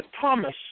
Thomas